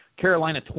Carolina